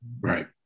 Right